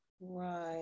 Right